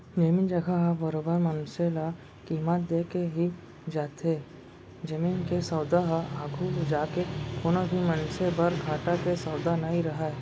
जमीन जघा ह बरोबर मनसे ल कीमत देके ही जाथे जमीन के सौदा ह आघू जाके कोनो भी मनसे बर घाटा के सौदा नइ रहय